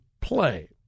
play